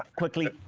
quickly.